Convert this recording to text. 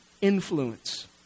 influence